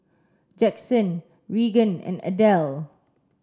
Jackson Regan and Adele